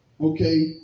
Okay